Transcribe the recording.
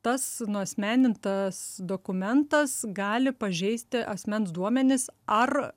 tas nuasmenintas dokumentas gali pažeisti asmens duomenis ar